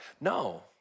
No